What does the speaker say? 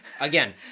again